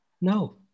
No